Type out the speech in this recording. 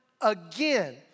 again